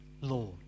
Lord